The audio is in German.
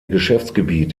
geschäftsgebiet